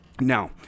Now